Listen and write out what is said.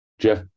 Jeff